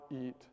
eat